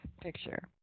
picture